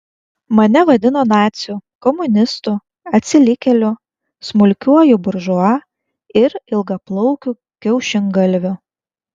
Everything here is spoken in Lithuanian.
mane vadino naciu komunistu atsilikėliu smulkiuoju buržua ir ilgaplaukiu kiaušingalviu